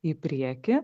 į priekį